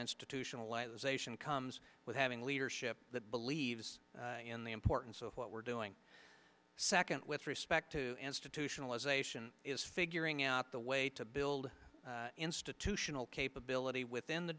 institutionalize ation comes with having leadership that believes in the importance of what we're doing second with respect to institutionalization is figuring out the way to build institutional capability within the